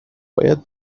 باید